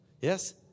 Yes